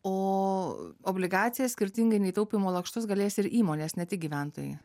o obligacijas skirtingai nei taupymo lakštus galės ir įmonės ne tik gyventojai